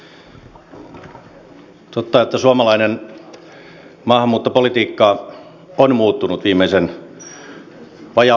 on totta että suomalainen maahanmuuttopolitiikka on muuttunut viimeisen vajaan vuoden aikana